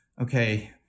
okay